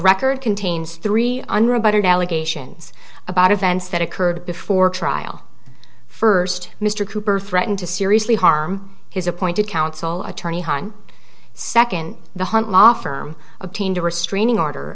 record contains three unrebutted allegations about events that occurred before trial first mr cooper threatened to seriously harm his appointed counsel attorney one second the hunt law firm obtained a restraining order